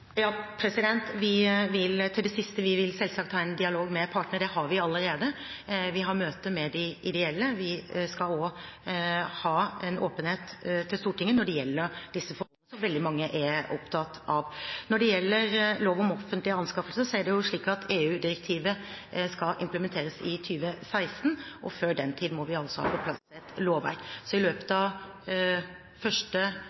Til det siste: Vi vil selvsagt ha en dialog med partene, det har vi allerede. Vi har møter med de ideelle, vi skal også ha en åpenhet overfor Stortinget når det gjelder disse forhold, som veldig mange er opptatt av. Når det gjelder lov om offentlige anskaffelser, er det slik at EU-direktivet skal implementeres i 2016, og før den tid må vi ha på plass et lovverk. I løpet av slutten av første